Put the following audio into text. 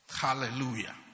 Hallelujah